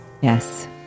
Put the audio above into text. Yes